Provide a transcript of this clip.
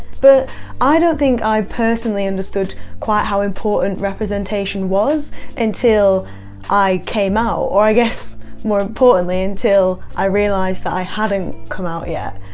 but i don't think i personally understood quite how important representation was until i came out or i guess more importantly, until i realised that i hadn't come out yet,